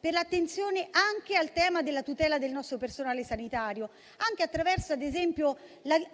per l'attenzione anche al tema della tutela del nostro personale sanitario, anche attraverso, ad esempio,